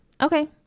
Okay